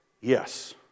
Yes